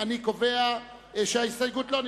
אני קובע שסעיפים 3,